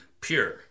pure